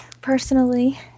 personally